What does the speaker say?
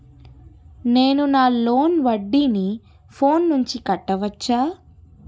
నేను నా లోన్ వడ్డీని ఫోన్ నుంచి కట్టవచ్చా?